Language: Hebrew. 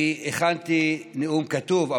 אני הכנתי נאום כתוב,